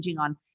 on